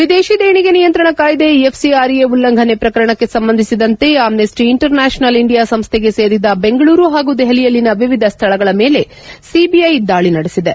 ವಿದೇಶಿ ದೇಣಿಗೆ ನಿಯಂತ್ರಣ ಕಾಯ್ದೆ ಎಫ್ಸಿಆರ್ಎ ಉಲ್ಲಂಘನೆ ಪ್ರಕರಣಕ್ಕೆ ಸಂಬಂಧಿಸಿದಂತೆ ಆಮ್ದೆಷ್ಟಿ ಇಂಟರ್ ನ್ನಾಷನಲ್ ಇಂಡಿಯಾ ಸಂಸ್ಟೆಗೆ ಸೇರಿದ ಬೆಂಗಳೂರು ಹಾಗೂ ದೆಹಲಿಯಲ್ಲಿನ ವಿವಿಧ ಸ್ಥಳಗಳ ಮೇಲೆ ಸಿಬಿಐ ದಾಳಿ ನಡೆಸಿದೆ